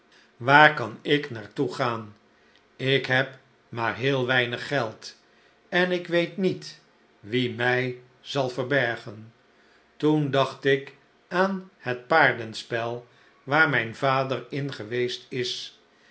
waar kan ik naar toe gaan ik heb maar heel weinig geld en ik weet niet wie mij zal verbergen toen dacht ik aan het paardenspel waar mijn vader in geweest is